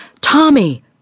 Tommy